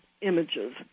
images